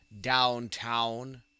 downtown